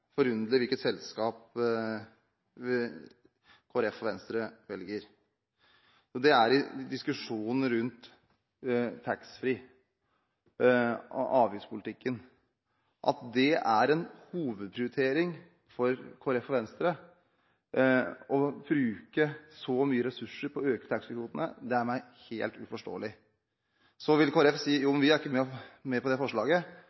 forunderlig hvilket selskap Kristelig Folkeparti og Venstre velger. Det er i diskusjonen rundt taxfree-kvotene – avgiftspolitikken. At det er en hovedprioritering for Kristelig Folkeparti og Venstre å bruke så mye ressurser på å øke taxfree-kvotene, er helt uforståelig for meg. Så vil Kristelig Folkeparti si: Vi er ikke med på forslaget.